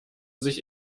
sich